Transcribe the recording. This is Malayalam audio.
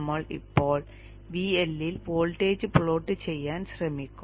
നമ്മൾ ഇപ്പോൾ VL ൽ വോൾട്ടേജ് പ്ലോട്ട് ചെയ്യാൻ ശ്രമിക്കും